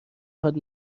خواد